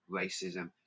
racism